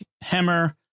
hammer